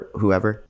whoever